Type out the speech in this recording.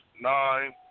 nine